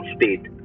state